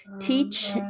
teach